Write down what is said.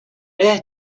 air